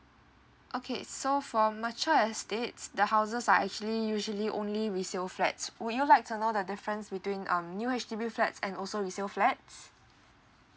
okay so for mature estates the houses are actually usually only resale flats would you like to know the difference between um new H_D_B flats and also resale flats